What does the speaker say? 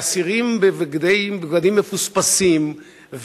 ואסירים בבגדים מפוספסים,